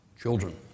children